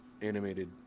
animated